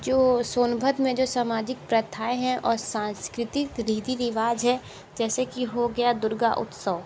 जो सोनभद्र में जो सामाजिक प्रथाएं हैं और सांस्कृतिक रीति रिवाज है जैसे कि हो गया दुर्गा उत्सव